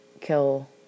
kill